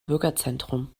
bürgerzentrum